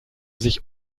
sich